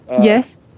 Yes